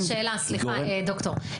יש לי שאלה, סליחה, דוקטור.